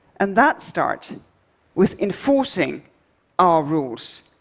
and that starts with enforcing our rules,